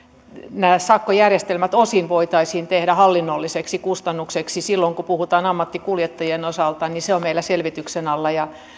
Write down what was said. nämä sakkojärjestelmät osin voitaisiin tehdä hallinnolliseksi kustannukseksi silloin kun puhutaan ammattikuljettajien osalta se on meillä selvityksen alla ja